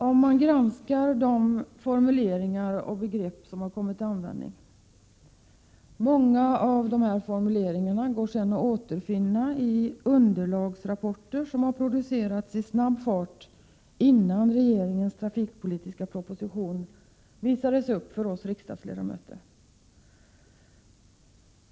Om man granskar de formuleringar och begrepp som har kommit till användning märker man att många av dessa formuleringar går att återfinna i underlagsrapporter som har producerats i snabb fart innan regeringens trafikpolitiska proposition visades upp för oss riksdagsledamöter.